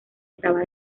estaba